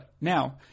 Now